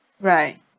right